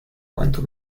cuanto